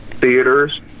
theaters